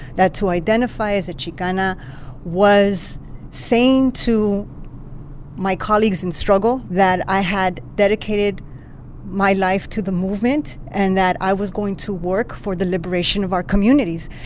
that to identify as a chicana was saying to my colleagues in struggle that i had dedicated my life to the movement and that i was going to work for the liberation of our communities.